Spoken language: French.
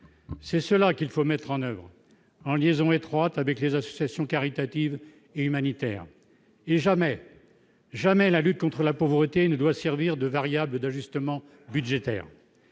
c'est cela qu'il faut mettre en oeuvre en liaison étroite avec les associations caritatives et humanitaires et jamais, jamais, la lutte contre la pauvreté ne doit servir de variable d'ajustement budgétaire,